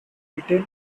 retail